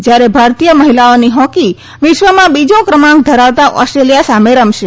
જ્યારે ભારતીય મહિલાઓની હોકી વિશ્વમાં બીજા ક્રમાંક ધરાવતાં ઓસ્ટ્રેલિયા સામે રમશે